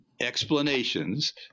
explanations